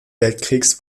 weltkriegs